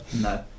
no